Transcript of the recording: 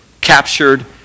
captured